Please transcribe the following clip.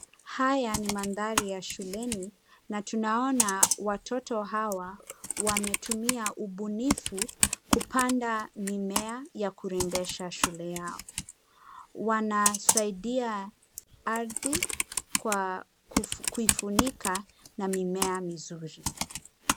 Haya ni mandhari ya shuleni na tunaona watoto hawa wametumia ubunifu kupanda mimea ya kurembesha shule yao. Wanasaidia ardhi kwa kuifunika na mimea mizuri.